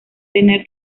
tener